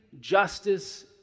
justice